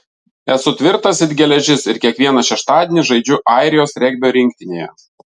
esu tvirtas it geležis ir kiekvieną šeštadienį žaidžiu airijos regbio rinktinėje